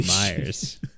Myers